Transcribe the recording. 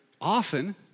Often